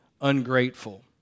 ungrateful